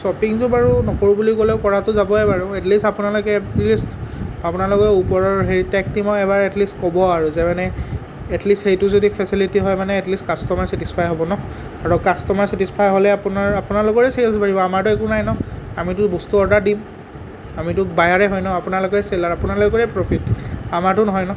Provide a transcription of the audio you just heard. শ্বপিংটো বাৰু নকৰো বুলি ক'লেও কৰাতো যাবই বাৰু এট লিষ্ট আপোনালোকে এট লিষ্ট আপোনালোকে ওপৰৰ হেৰি টেক টিমক এবাৰ এট লিষ্ট ক'ব আৰু যে মানে এট লিষ্ট সেইটো যদি ফেচেলিটি হয় মানে এট লিষ্ট কাষ্ট'মাৰ চেটিছফাই হ'ব ন' আৰু কাষ্ট'মাৰ চেটিছফাই হ'লে আপোনাৰ আপোনালোকৰেই চেলছ বাঢ়িব আমাৰতো একো নাই ন আমিতো বস্তু অৰ্ডাৰ দিম আমিতো বায়াৰে হয় ন আপোনালোকেই চেলাৰ আপোনালোকৰে প্ৰ'ফিট আমাৰতো নহয় ন